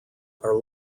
are